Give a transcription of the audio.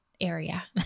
area